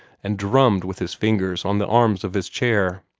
and drummed with his fingers on the arms of his chair.